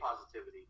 positivity